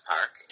Park